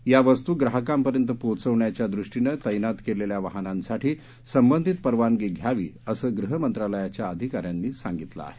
या वस्तू ग्राहकांपर्यंत पोहोचवण्याच्या दृष्टीनं तैनात केलेल्या वाहनांसाठी संबंधित परवानगी घ्यावी असं गृहमंत्रालयाच्या अधिकाऱ्यांनी सांगितलं आहे